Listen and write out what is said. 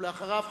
ואחריו,